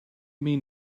mean